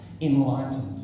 enlightened